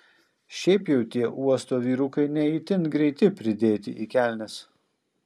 šiaip jau tie uosto vyrukai ne itin greiti pridėti į kelnes